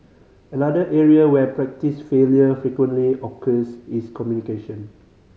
another area where practice failure frequently occurs is communication